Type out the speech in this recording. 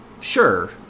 sure